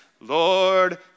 Lord